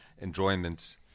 enjoyment